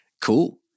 Cool